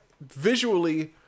visually